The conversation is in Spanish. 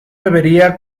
debería